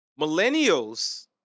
Millennials